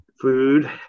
food